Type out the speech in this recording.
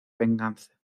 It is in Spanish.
venganza